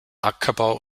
ackerbau